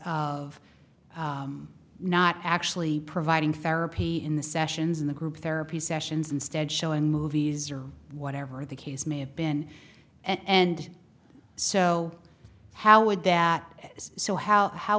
of not actually providing fairer pee in the sessions in the group therapy sessions instead showing movies or whatever the case may have been and so how would that is so how how